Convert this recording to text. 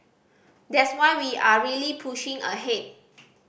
that's why we are really pushing ahead